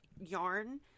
yarn